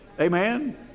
Amen